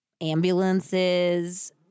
ambulances